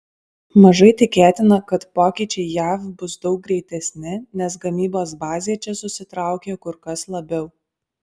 mažai tikėtina kad pokyčiai jav bus daug greitesni nes gamybos bazė čia susitraukė kur kas labiau